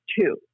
two